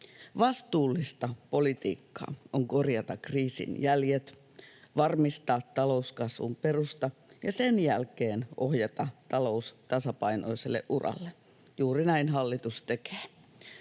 Vastuullista politiikkaa on korjata kriisin jäljet, varmistaa talouskasvun perusta ja sen jälkeen ohjata talous tasapainoiselle uralle. Juuri näin hallitus tekee.